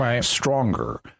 stronger